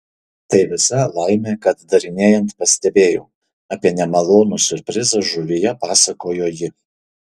tai visa laimė kad darinėjant pastebėjau apie nemalonų siurprizą žuvyje pasakojo ji